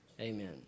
Amen